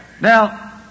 Now